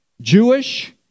Jewish